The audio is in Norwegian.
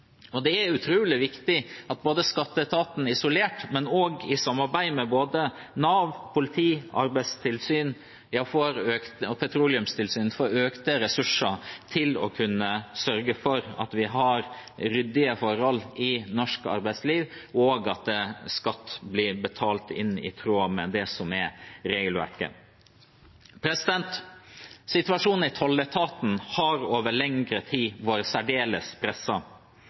Det er utrolig viktig at skatteetaten isolert, men også i samarbeid med både Nav, politiet, Arbeidstilsynet og Petroleumstilsynet, får økte ressurser til å kunne sørge for at vi har ryddige forhold i norsk arbeidsliv, og at skatt blir betalt inn i tråd med regelverket. Situasjonen i tolletaten har over lengre tid vært særdeles